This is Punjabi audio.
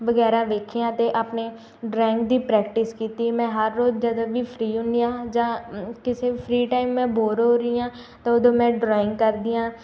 ਵਗੈਰਾ ਵੇਖੀਆਂ ਅਤੇ ਆਪਣੇ ਡਰਾਇੰਗ ਦੀ ਪ੍ਰੈਕਟਿਸ ਕੀਤੀ ਮੈਂ ਹਰ ਰੋਜ਼ ਜਦੋਂ ਵੀ ਫਰੀ ਹੁੰਦੀ ਹਾਂ ਜਾਂ ਕਿਸੇ ਫਰੀ ਟਾਈਮ ਮੈਂ ਬੋਰ ਹੋ ਰਹੀ ਹਾਂ ਤਾਂ ਉੱਦੋਂ ਮੈਂ ਡਰਾਇੰਗ ਕਰਦੀ ਹਾਂ